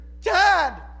Dad